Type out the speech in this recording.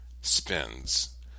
spins